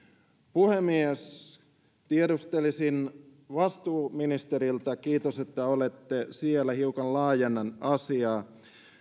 puhemies tiedustelisin vastuuministeriltä kiitos että olette siellä hiukan laajennan asiaa